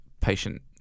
Patient